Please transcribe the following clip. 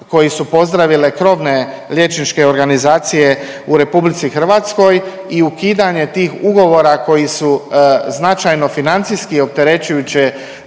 koji su pozdravile krovne liječničke organizacije u RH i ukidanje tih ugovora koji su značajno financijski opterećujuće